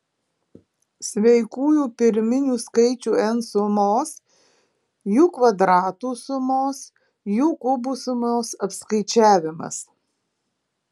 sveikųjų pirminių skaičių n sumos jų kvadratų sumos jų kubų sumos apskaičiavimas